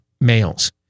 males